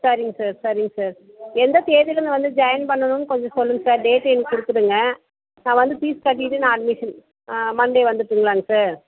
சரிங்க சார் சரிங்க சார் எந்த தேதியில் நான் வந்து ஜாயின் பண்ணணும்னு கொஞ்சம் சொல்லுங்கள் சார் டேட் எனக்கு கொடுத்துடுங்க நான் வந்து ஃபீஸ் கட்டிவிட்டு நான் அட்மிஷன் மண்டே வந்துவிட்டுங்களாங்க சார்